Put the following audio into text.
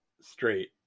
straight